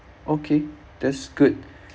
okay that's good